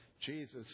Jesus